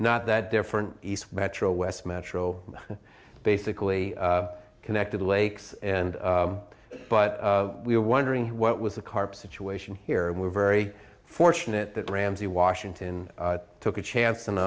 not that different east metro west metro basically connected lakes and but we're wondering what was the carpet situation here and we're very fortunate that ramsey washington took a chance